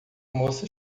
moça